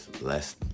less